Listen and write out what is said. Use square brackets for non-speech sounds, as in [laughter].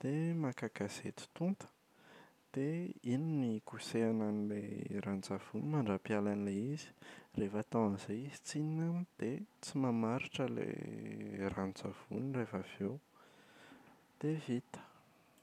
dia [hesitation] maka gazety tonta, dia [hesitation] iny no hikosehana an’ilay ranon-tsavony mandra-pialan’ilay izy. Rehefa atao an’izay izy tsinona dia tsy mamaritra ilay ranon-tsavony rehefa avy eo, dia vita.